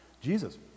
Jesus